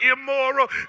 immoral